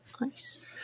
nice